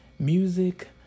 Music